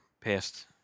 past